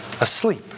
asleep